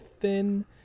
thin